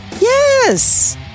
Yes